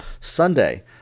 Sunday